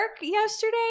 yesterday